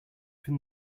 from